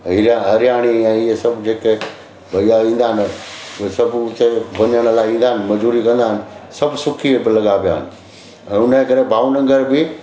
इहे हरियाणवी ऐं हे सभु जेके भइया ईंदा आहिनि ए सभु सभु हुते वञण लाइ ईंदा आहिनि मजदूरी कंदा आहिनि सभु सुखी लॻा पिया आहिनि ऐं हुन जे करे भावनगर में